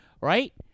right